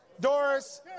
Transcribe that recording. Doris